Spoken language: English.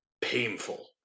painful